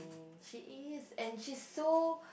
she is and she's so